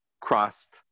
crossed